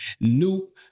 new